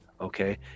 okay